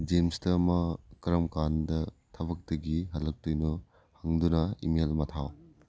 ꯖꯦꯝꯁꯇ ꯃꯥ ꯀꯔꯝꯀꯥꯟꯗ ꯊꯕꯛꯇꯒꯤ ꯍꯜꯂꯛꯇꯣꯏꯅꯣ ꯍꯪꯗꯨꯅ ꯏꯃꯦꯜ ꯑꯃ ꯊꯥꯎ